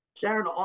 Sharon